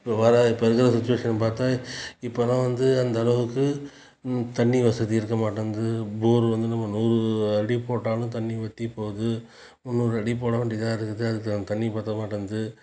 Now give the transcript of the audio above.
வர இப்போ இருக்கிற சுட்சிவேஷன் பார்த்தா இப்போலாம் வந்து அந்தளவுக்கு தண்ணி வசதி இருக்கமாட்டேன்து போர் வந்து நம்ம நூறு அடி போட்டாலும் தண்ணி வற்றி போகுது முந்நூறு அடி போடவேண்டியதாக இருக்குது அது தண்ணி பத்த மாட்டேங்கிது